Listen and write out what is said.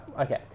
okay